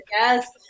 yes